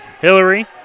Hillary